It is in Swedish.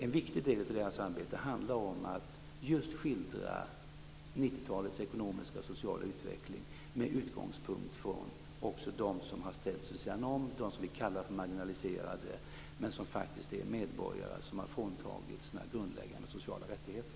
En viktig del av deras arbete handlar just om att skildra 90-talets ekonomiska och sociala utveckling med utgångspunkt också från dem som ställts vid sidan om, dem som vi kallar för marginaliserade men som faktiskt är medborgare som har fråntagits sina grundläggande sociala rättigheter.